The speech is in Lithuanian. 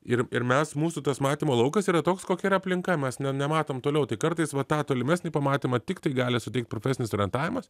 ir ir mes mūsų tas matymo laukas yra toks kokia yra aplinka mes ne nematom toliau tai kartais va tą tolimesnį pamatymą tiktai gali suteikt profesinis orientavimas